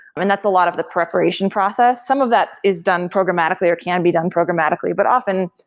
i mean, that's a lot of the preparation process. some of that is done programmatically, or can be done programmatically. but often,